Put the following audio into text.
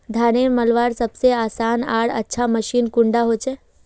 धानेर मलवार सबसे आसान आर अच्छा मशीन कुन डा होचए?